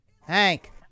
Hank